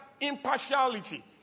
impartiality